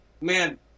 Man